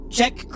Check